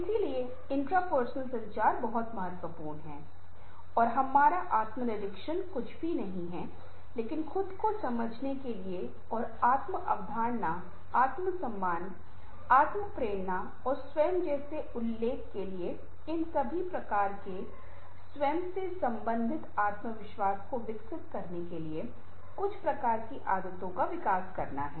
इसलिए इंट्रापर्सनल संचार बहुत महत्वपूर्ण है और हमारा आत्मनिरीक्षण कुछ भी नहीं है लेकिन खुद को समझने के लिए और आत्म अवधारणा आत्म सम्मान आत्म प्रेरणा और स्वयं जैसे उल्लेख किए गए इन सभी प्रकार के स्वयं से संबंधित आत्मविश्वास को विकसित करने के लिए कुछ प्रकार की आदतों का विकास करना है